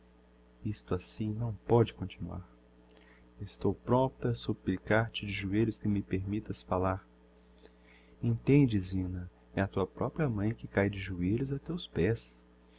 isto assim não pode continuar estou prompta a supplicar te de joelhos que me permittas falar entendes zina é a tua propria mãe que cae de joelhos a teus pés